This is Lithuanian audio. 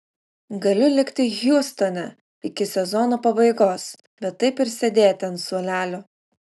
galiu likti hjustone iki sezono pabaigos bet taip ir sėdėti ant suolelio